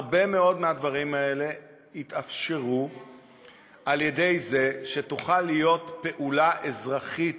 הרבה מאוד מהדברים האלה התאפשרו על-ידי זה שתוכל להיות פעולה אזרחית